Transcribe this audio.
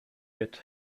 wit